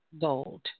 gold